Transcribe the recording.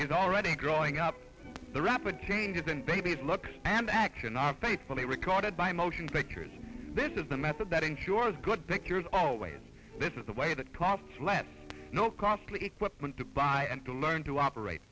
he's already drawing up the rapid changes in baby's looks and action are thankful they recorded by motion pictures this is the method that ensures good pictures always this is the way that costs less no costly equipment to buy and to learn to operate